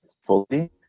fully